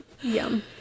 Yum